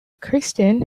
kristen